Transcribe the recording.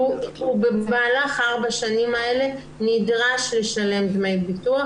הוא במהלך ארבע השנים האלה נדרש לשלם דמי ביטוח,